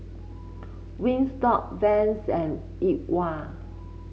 Wingstop Vans and E TWOW